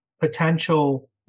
potential